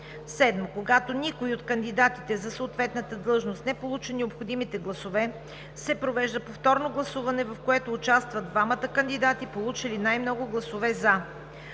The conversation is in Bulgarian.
7. Когато никой от кандидатите за съответната длъжност не получи необходимите гласове, се провежда повторно гласуване, в което участват двамата кандидати, получили най-много гласове „за“.